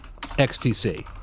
XTC